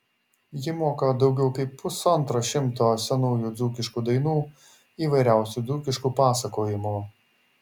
ji moka daugiau kaip pusantro šimto senųjų dzūkiškų dainų įvairiausių dzūkiškų pasakojimų